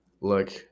Look